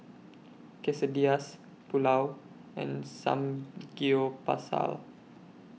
Quesadillas Pulao and Samgeyopsal